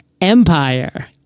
empire